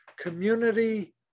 Community